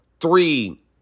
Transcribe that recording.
three